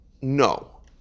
no